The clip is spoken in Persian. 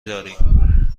داریم